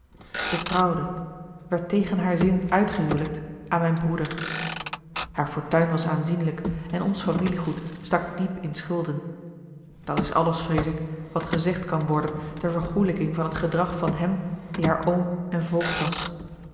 zij trouwde werd tegen haar zin uitgehuwelijkt aan mijn broeder haar fortuin was aanzienlijk en ons familiegoed stak diep in schulden dat is alles vrees ik wat gezegd kan worden ter vergoelijking van het gedrag van hem die haar oom en voogd was